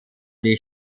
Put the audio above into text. die